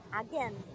again